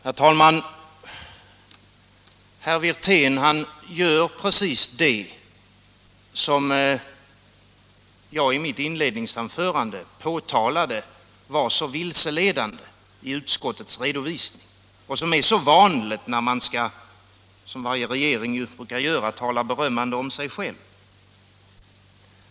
Herr talman! Herr Wirtén gjorde precis det som jag i mitt inledningsanförande sade var så vilseledande när jag talade om utskottets redovisning, och som är så vanligt när man — som varje regering brukar göra — skall tala berömmande om sig själv.